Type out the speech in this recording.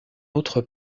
autre